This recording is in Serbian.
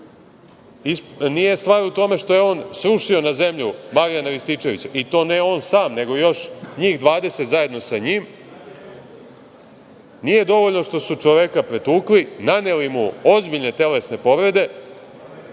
nije stvar u tome što je on srušio na zemlju Marijana Rističevića, i to ne on sam, nego još njih 20 zajedno sa njim. Nije dovoljno što su čoveka pretukli, naneli mu ozbiljne telesne povrede,